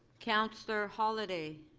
counselor hollyday.